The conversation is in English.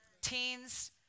Teens